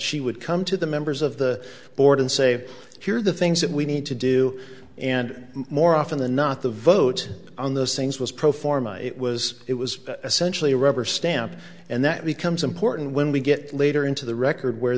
she would come to the members of the board and say here's the things that we need to do and more often than not the vote on those things was pro forma it was it was essentially a rubber stamp and that becomes important when we get later into the record where